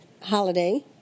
holiday